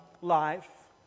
life